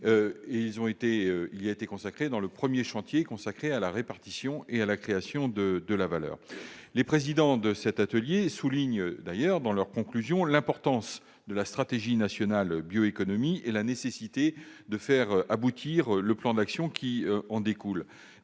de piloter, dont le premier chantier est axé sur la création et la répartition de la valeur. Les présidents de cet atelier soulignent dans leurs conclusions l'importance de la stratégie nationale bioéconomie et la nécessité de faire aboutir le plan d'action qui en découle.